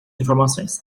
informações